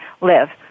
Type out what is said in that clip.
live